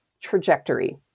trajectory